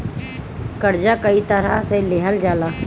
कर्जा कई तरह से लेहल जाला